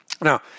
Now